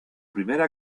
primera